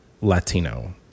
Latino